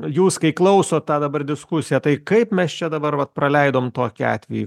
jūs kai klausot tą dabar diskusiją tai kaip mes čia dabar vat praleidom tokį atvejį